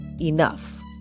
enough